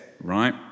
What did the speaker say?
right